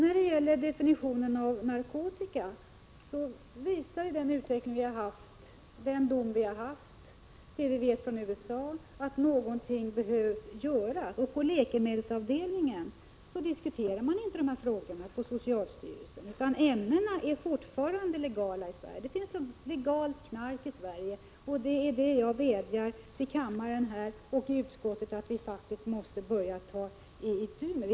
När det gäller definitionen av narkotika visar den utveckling vi har haft, den dom som fällts och det som vi vet från USA att någonting behöver göras. På socialstyrelsens läkemedelsavdelning diskuterar man inte dessa frågor, utan de ämnen det gäller är fortfarande tillåtna i Sverige. Det finns legalt knark i Sverige, och jag vädjar till kammaren och till utskottet att man skall börja ta itu med detta.